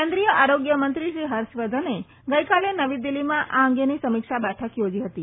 કેન્દ્રીય આરોગ્ય મંત્રી શ્રી હર્ષવર્ધને ગઈકાલે નવી દિલ્ફીમાં આ અંગેની સમીક્ષા બેઠક યોજી ફતી